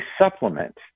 supplement